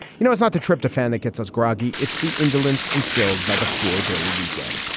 you know it's not the trip to fan that gets us groggy. it's the indolence instilled by the four day weekend.